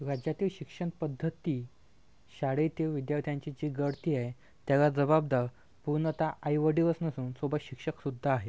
राज्यातील शिक्षणपद्धती शाळेतील विद्यार्थ्यांची जी गळती आहे त्याला जबाबदार पूर्णतः आईवडिलच नसून सोबत शिक्षकसुद्धा आहे